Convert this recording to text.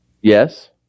Yes